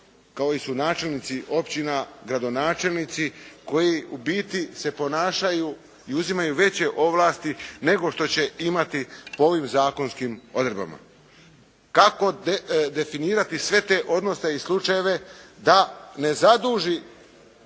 koji su načelnici općina, gradonačelnici koji u biti se ponašaju i uzimaju veće ovlasti nego što će imati po ovim zakonskim odredbama. Kako definirati sve te odnose i slučajeve da ne zaduži